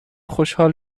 خوشحال